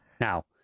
Now